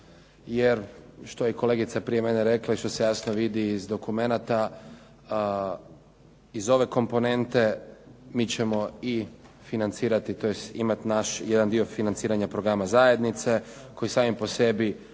jer što je kolegica prije mene rekla i što se jasno vidi iz dokumenata iz ove komponente mi ćemo i financirati, tj. imati naš jedan dio financiranja programa zajednice, koji sami po sebi